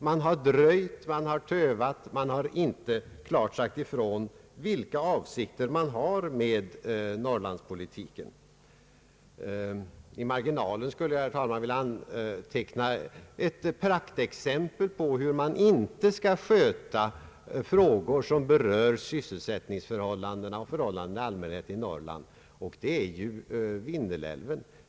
Man har dröjt, man har tövat, man har inte klart sagt ifrån vilka avsikter man har med norrlandspolitiken. I marginalen skulle jag, herr talman, vilja anteckna ett praktexempel på hur man inte skall sköta frågor som berör sysselsättningsförhållandena och förhållandena i allmänhet i Norrland. Och det är Vindelälven.